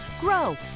grow